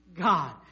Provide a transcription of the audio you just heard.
God